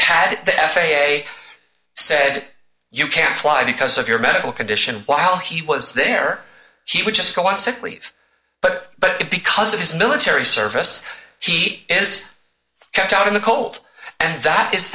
had the f a a said you can't fly because of your medical condition while he was there she would just go on sick leave but but because of his military service she is kept out in the cold and that is